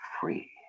free